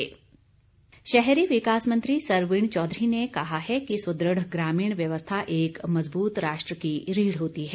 सरवीण शहरी विकास मंत्री सरवीण चौधरी ने कहा है कि सुदृढ़ ग्रामीण व्यवस्था एक मजबूत राष्ट्र की रीढ़ होती है